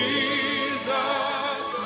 Jesus